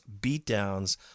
beatdowns